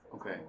Okay